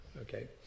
okay